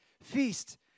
Feast